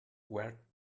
where